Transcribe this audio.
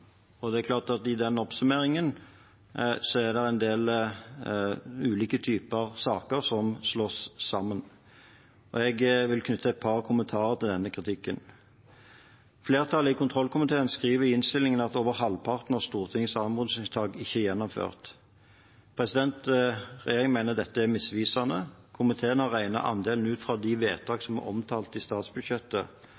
Det er klart at i den oppsummeringen er det en del ulike typer saker som slås sammen. Jeg vil knytte et par kommentarer til denne kritikken. Flertallet i kontrollkomiteen skriver i innstillingen at over halvparten av Stortingets anmodningsvedtak ikke er gjennomført. Regjeringen mener dette er misvisende. Komiteen har regnet andelen ut fra de vedtakene som er omtalt i statsbudsjettet. La meg da minne om at vedtak